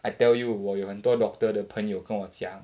I tell you 我有很多 doctor 的朋友跟我讲